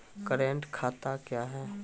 Current खाता क्या हैं?